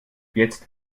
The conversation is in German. jetzt